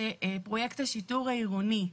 שפרויקט השיטור העירוני,